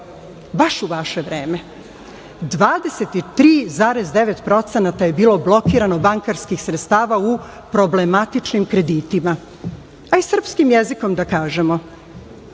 baš u vaše vreme, 23,9% je bilo blokirano bankarskih sredstava u problematičnim kreditima, a i srpskim jezikom da kažemo